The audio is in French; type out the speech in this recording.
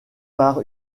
par